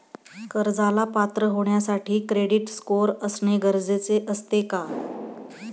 कर्जाला पात्र होण्यासाठी क्रेडिट स्कोअर असणे गरजेचे असते का?